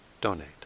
donate